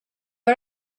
got